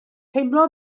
teimlo